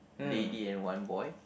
lady and one boy